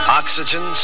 oxygen